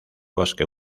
bosque